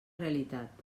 realitat